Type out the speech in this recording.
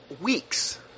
weeks